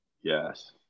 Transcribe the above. Yes